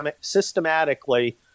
systematically